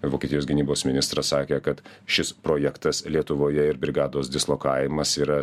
vokietijos gynybos ministras sakė kad šis projektas lietuvoje ir brigados dislokavimas yra